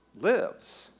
lives